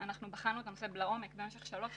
אנחנו בחנו את הנושא לעומק במשך שלוש שנים,